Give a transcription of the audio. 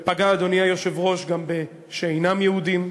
ופגע, אדוני היושב-ראש, גם בשאינם יהודים,